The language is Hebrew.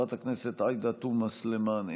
חברת הכנסת עאידה תומא סלימאן,